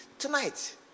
tonight